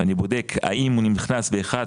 אני בודק האם הוא נכנס ב-1,